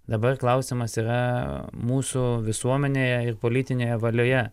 dabar klausimas yra mūsų visuomenėje ir politinėje valioje